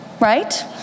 right